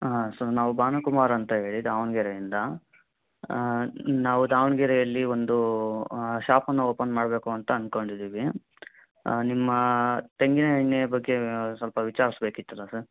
ಹಾಂ ಸರ್ ನಾವು ಭಾನುಕುಮಾರ್ ಅಂತ ಹೇಳಿ ದಾವಣಗೆರೆಯಿಂದ ನಾವು ದಾವಣಗೆರೆಯಲ್ಲಿ ಒಂದು ಶಾಪನ್ನು ಓಪನ್ ಮಾಡಬೇಕು ಅಂತ ಅನ್ಕೊಂಡಿದ್ದೀವಿ ನಿಮ್ಮ ತೆಂಗಿನ ಎಣ್ಣೆಯ ಬಗ್ಗೆ ಸ್ವಲ್ಪ ವಿಚಾರಿಸಬೇಕಿತ್ತಲ್ಲ ಸರ್